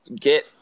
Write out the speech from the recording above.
get